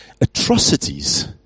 atrocities